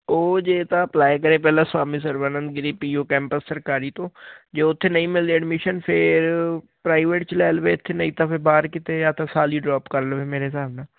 ਉਹ ਜੇ ਤਾਂ ਅਪਲਾਈ ਕਰੇ ਪਹਿਲਾਂ Swami Sarwanand Giri P U campus ਸਰਕਾਰੀ ਤੋਂ ਜੇ ਉੱਥੇ ਨਹੀਂ ਮਿਲਦੀ ਐਡਮਿਸ਼ਨ ਫਿਰ ਪ੍ਰਾਈਵੇਟ 'ਚ ਲੈ ਲਵੇ ਇੱਥੇ ਨਹੀਂ ਤਾਂ ਬਾਹਰ ਕਿਤੇ ਜਾਂ ਤਾਂ ਸਾਲ ਹੀ ਡ੍ਰੌਪ ਕਰ ਲਵੇ ਮੇਰੇ ਹਿਸਾਬ ਨਾਲ